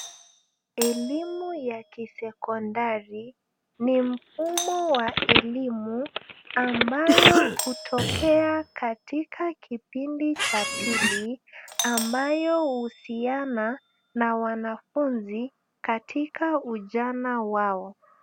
Elimu ya kisekondari ni mfumo wa elimu ambayo hutokea katika kipindi cha pili ambayo huhusiana na wanafunzi katika ujana wao.